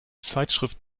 zeitschrift